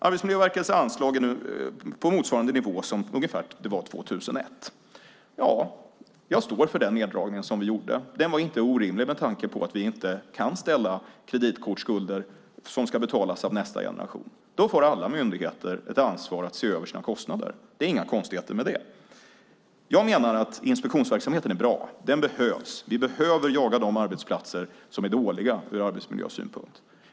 Arbetsmiljöverkets anslag är nu ungefär på motsvarande nivå som 2001. Jag står för den neddragning som vi gjorde. Den var inte orimlig med tanke på att vi inte kan sätta oss i kreditskulder som ska betalas av nästa generation. Då får alla myndigheter ett ansvar för att se över sina kostnader; det är inga konstigheter med det. Jag menar att inspektionsverksamheten är bra. Den behövs. Vi behöver jaga de arbetsplatser som är dåliga ur arbetsmiljösynpunkt.